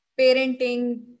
parenting